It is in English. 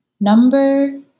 Number